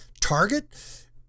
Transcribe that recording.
target